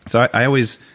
so i always,